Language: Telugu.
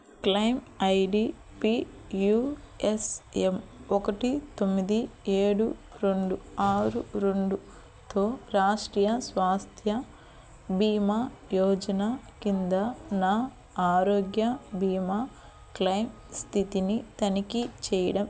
claim ID P U S M ఒకటి తొమ్మిది ఏడు రెండు ఆరు రెండుతో రాష్ట్రీయ స్వాస్థ్య బీమా యోజన కింద నా ఆరోగ్య బీమా క్లైమ్ స్థితిని తనిఖీ చెయ్యడం సాధ్యమేనా